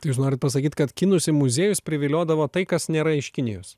tai jūs norit pasakyt kad kinus į muziejus priviliodavo tai kas nėra iš kinijos